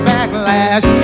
Backlash